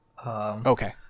Okay